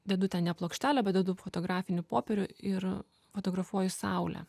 dedu ten ne plokštelę bet dedu fotografinį popierių ir fotografuoju saulę